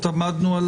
עמדנו על